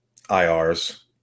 IRs